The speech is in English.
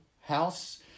house